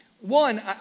One